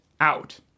out